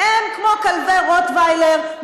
הם כמו כלבי רוטוויילר,